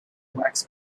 wax